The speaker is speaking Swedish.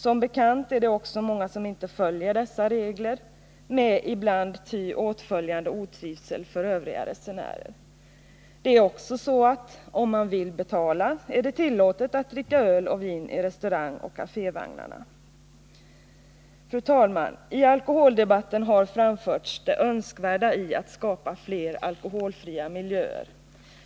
Som bekant är det också många som inte följer dessa regler med ibland ty åtföljande otrivsel för övriga resenärer. Det är också så att det — om man vill betala — är tillåtet att dricka öl och vin i restaurangoch kafévagnarna. Fru talman! I alkoholdebatten har framförts det önskvärda i att skapa fler alkoholfria miljöer.